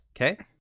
okay